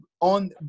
on